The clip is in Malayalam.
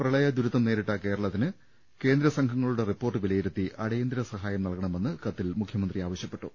പ്രളയദുരന്തം നേരിട്ട കേരളത്തിന് കേന്ദ്ര സംഘങ്ങളുടെ റിപ്പോർട്ട് വിലയിരുത്തി അടിയന്തരസഹായം നൽകണമെന്ന് കത്തിൽ മുഖ്യമന്ത്രി ആവശ്യപ്പെട്ടു